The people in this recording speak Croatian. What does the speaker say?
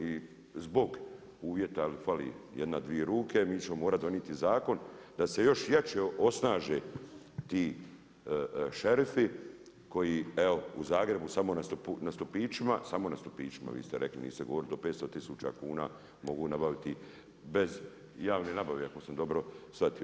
I zbog uvjeta fali jedna, dvi ruke mi ćemo morati doniti zakon da se još jače osnaže ti šerifi koji evo u Zagrebu samo na stupićima, samo na stupićima vi ste rekli, niste govorili do 500 tisuća kuna mogu nabaviti bez javne nabave ako sam dobro shvatio.